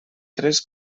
tres